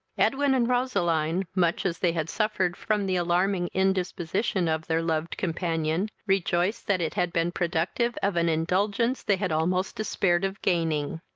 edwin and roseline, much as they had suffered from the alarming indisposition of their loved companion, rejoiced that it had been productive of an indulgence they had almost despaired of gaining.